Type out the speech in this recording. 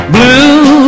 Blue